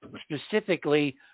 specifically